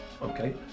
okay